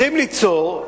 מצוין.